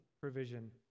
provision